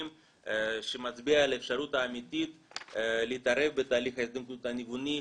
שמצביע על האפשרות האמיתית להתערב בתהליך ההזדקנות הניווני,